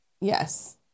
yes